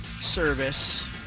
service